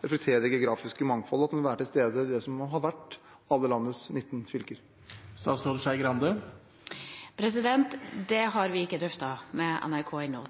det som har vært alle landets 19 fylker? Det har vi ikke drøftet med NRK ennå.